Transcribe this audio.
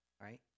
right